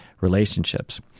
relationships